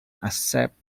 accepts